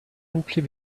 simply